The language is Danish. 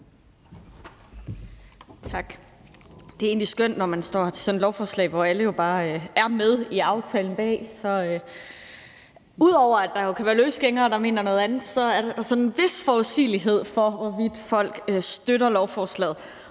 Tak. Det er egentlig skønt, når man står her til sådan et lovforslag, hvor alle bare er med i aftalen bag. Ud over at der kan være løsgængere, der mener noget andet, er der en vis forudsigelighed i, hvorvidt folk støtter lovforslaget.